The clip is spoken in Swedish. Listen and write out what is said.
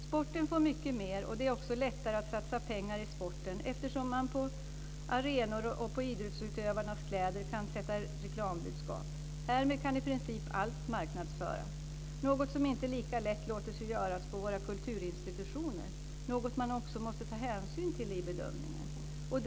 Sporten får mycket mer, och det är också lättare att satsa pengar på sporten, eftersom man kan sätta reklambudskap på arenor och på idrottsutövarnas kläder. Härmed kan i princip allt marknadsföras, något som inte lika lätt låter sig göras på våra kulturinstitutioner, vilket man också måste ta hänsyn till i bedömningen.